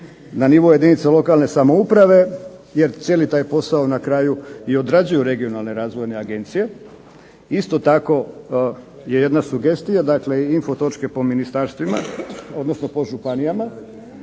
na nivo jedinica lokalne samouprave jer cijeli taj posao na kraju i odrađuju regionalne razvojne agencije. Isto tako je jedna sugestija, dakle info točke po ministarstvima odnosno po županijama,